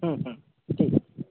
ହୁଁ ହୁଁ ଠିକ୍ଅଛି